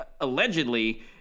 allegedly